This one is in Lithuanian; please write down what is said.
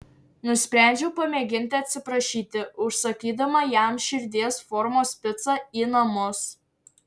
nusprendžiau pamėginti atsiprašyti užsakydama jam širdies formos picą į namus